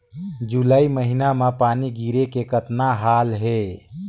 जुलाई महीना म पानी गिरे के कतना हाल हे?